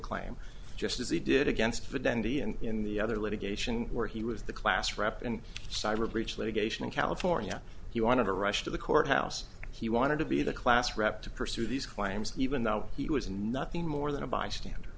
claim just as he did against the dandy and in the other litigation where he was the class rep and cyber breach litigation in california he wanted to rush to the courthouse he wanted to be the class rep to pursue these claims even though he was nothing more than a bystander